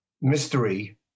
mystery